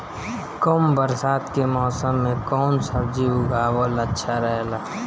कम बरसात के मौसम में कउन सब्जी उगावल अच्छा रहेला?